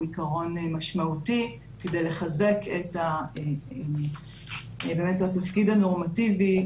עיקרון משמעותי כדי לחזק את התפקיד הנורמטיבי,